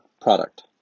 product